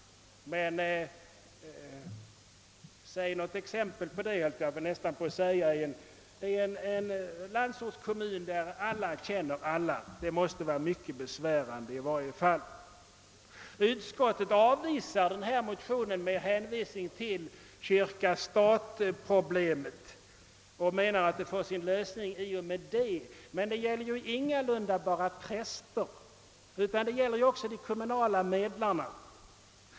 Men det är hart när omöjligt i en landsortskommun där alla känner alla. Det måste i varje fall vara mycket besvärande. Utskottet avvisar denna motion med hänvisning till kyrka—stat-frågan och menar att problemet får behandlas i det sammanhanget. Men yrkandet gäller ingalunda bara präster. Det gäller också de kommunala medlarna.